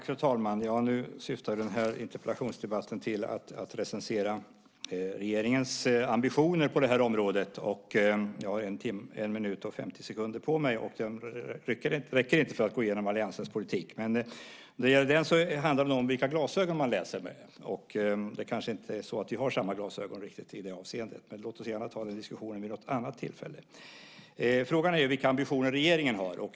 Fru talman! Nu syftar den här interpellationsdebatten till att recensera regeringens ambitioner på detta område. Jag har en minut och 50 sekunder på mig, och det räcker inte för att gå igenom alliansens politik. När det gäller denna handlar det dock nog om vilka glasögon man läser med, och vi kanske inte riktigt har samma glasögon i det avseendet. Men låt oss gärna ta den diskussionen vid något annat tillfälle. Frågan är vilka ambitioner regeringen har.